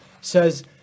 says